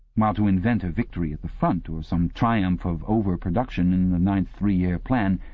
while to invent a victory at the front, or some triumph of over-production in the ninth three-year plan,